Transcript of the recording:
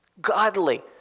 godly